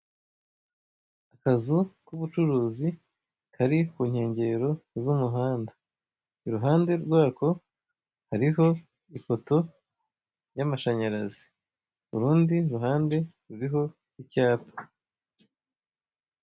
Akazu k'ubucuruzi Kari kunkengero z'umuhanda iruhande rwako hariho ipoto y'amashanyarazi urundi ruhande ruriho icyapa.